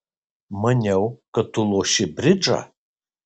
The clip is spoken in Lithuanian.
maniau kad tu loši bridžą